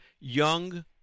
young